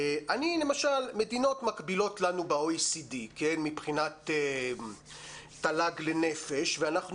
למשל מדינות מקבילות לנו ב-OECD מבחינת תל"ג לנפש ואנחנו